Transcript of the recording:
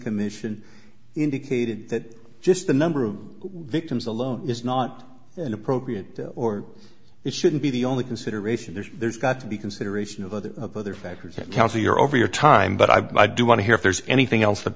commission indicated that just the number of victims alone is not an appropriate or it shouldn't be the only consideration there there's got to be consideration of other of other factors that counsel your over your time but i do want to hear if there's anything else